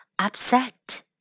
upset